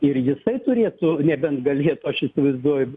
ir jisai turėtų nebent galėtų aš įsivaizduoju